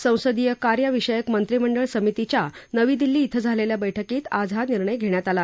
संसदीय कार्य विषयक मंत्रिमंडळ समितीच्या नवी दिल्ली ध्वे झालेल्या बैठकीत आज हा निर्णय घेण्यात आला